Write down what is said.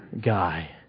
guy